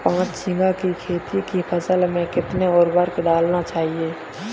पाँच बीघा की गेहूँ की फसल में कितनी उर्वरक डालनी चाहिए?